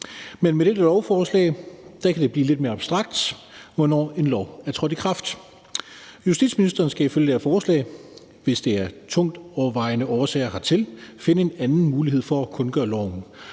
Men med dette lovforslag kan det blive lidt mere abstrakt, hvornår en lov er trådt i kraft. Justitsministeren skal ifølge det her forslag, hvis der er tungtvejende årsager hertil, finde en anden mulighed for at kundgøre loven.